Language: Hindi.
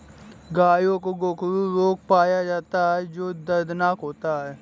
गायों में गोखरू रोग पाया जाता है जो दर्दनाक होता है